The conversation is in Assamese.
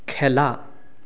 খেলা